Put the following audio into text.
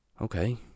Okay